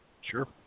Sure